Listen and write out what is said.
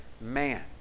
man